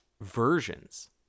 versions